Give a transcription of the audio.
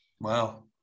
Wow